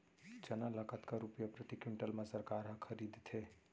चना ल कतका रुपिया प्रति क्विंटल म सरकार ह खरीदथे?